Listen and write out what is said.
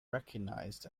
recognized